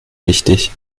wichtig